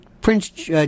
Prince